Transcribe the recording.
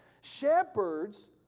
Shepherds